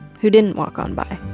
who didn't walk on by